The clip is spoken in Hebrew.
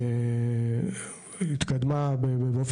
התקדמה אתמול